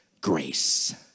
grace